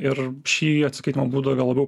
ir šį atsiskaitymo būdą gal labiau